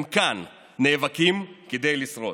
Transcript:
הם כאן, נאבקים כדי לשרוד.